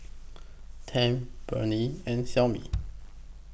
Tempt Burnie and Xiaomi